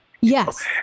Yes